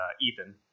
Ethan